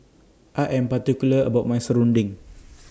I Am particular about My Serunding